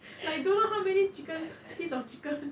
like don't know how many chicken piece of chicken